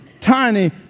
tiny